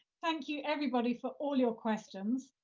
thank you, everybody, for all your questions.